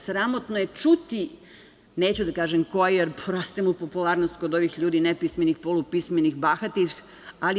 Sramotno je čuti, neću da kažem ko je, jer raste mu popularnost kod ovih ljudi nepismenih, polupismenih, bahatih.